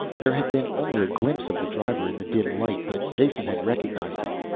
there had been only a glimpse of the driver in the dim light, but jason had recognized him.